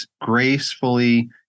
gracefully